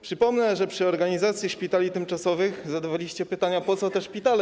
Przypomnę, że przy organizacji szpitali tymczasowych zadawaliście pytania: Po co te szpitale?